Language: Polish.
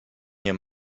nie